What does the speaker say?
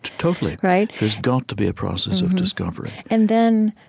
totally right? there's got to be a process of discovery and then,